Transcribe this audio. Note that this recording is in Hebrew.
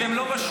אתם לא בשוק.